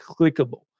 clickable